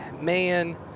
man